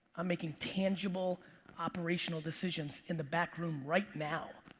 i'm making tangible operational decisions in the back room right now.